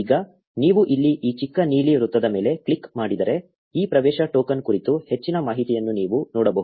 ಈಗ ನೀವು ಇಲ್ಲಿ ಈ ಚಿಕ್ಕ ನೀಲಿ ವೃತ್ತದ ಮೇಲೆ ಕ್ಲಿಕ್ ಮಾಡಿದರೆ ಈ ಪ್ರವೇಶ ಟೋಕನ್ ಕುರಿತು ಹೆಚ್ಚಿನ ಮಾಹಿತಿಯನ್ನು ನೀವು ನೋಡಬಹುದು